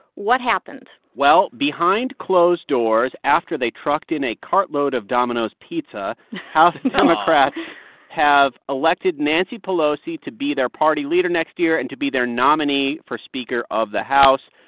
what happened? well, behind closed doors, after they trucked in a cartload of domino's pizza, house democrats have elected nancy pelosi to be their party leader next year and to be their nominee for speaker of the house.